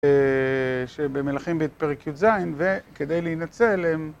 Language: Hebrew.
שבמלכים בפרק י״ז וכדי להינצל הם